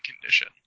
condition